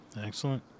Excellent